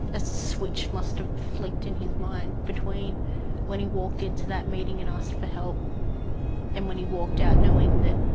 a switch must have flicked in his mind between when he walked into that meeting and asked for help and when he walked out knowing that,